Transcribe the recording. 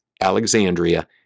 Alexandria